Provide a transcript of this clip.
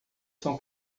são